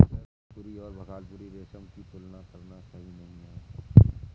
जयपुरी और भागलपुरी रेशम की तुलना करना सही नही है